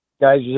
guys